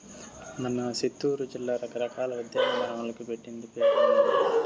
మన సిత్తూరు జిల్లా రకరకాల ఉద్యానవనాలకు పెట్టింది పేరమ్మన్నీ